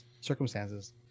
circumstances